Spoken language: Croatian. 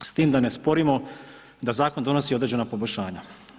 S tim da ne sporimo da zakon donosi određena poboljšanja.